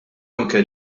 anke